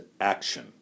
action